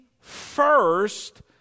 first